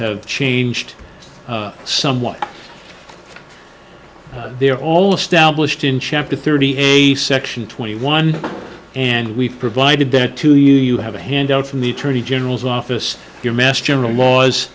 have changed somewhat they are all established in chapter thirty a section twenty one and we provided that to you you have a handout from the attorney general's office your mass general laws